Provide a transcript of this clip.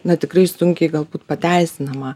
na tikrai sunkiai galbūt pateisinama